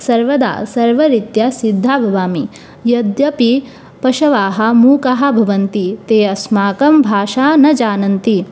सर्वदा सर्वरीत्या सिद्धा भवामि यद्यपि पशवः मूकाः भवन्ति ते अस्माकं भाषां न जानन्ति